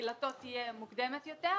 תחילתו תהיה מוקדמת יותר,